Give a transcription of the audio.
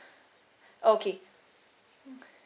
okay